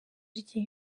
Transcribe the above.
rye